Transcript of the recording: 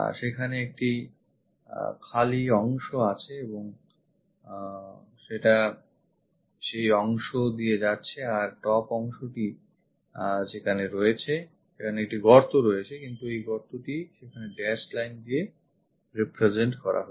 সেখানে একটি খালি অংশ আছে এবং এটা সেই অংশ দিয়ে যাচ্ছে আর top অংশটি সেখানে আসছে সেখানে একটি গর্ত আছে কিন্তু এই গর্তটি সেখানে dashed line দিয়ে represent করা হয়েছে